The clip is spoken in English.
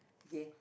ya